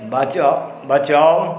बचाउ